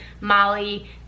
Molly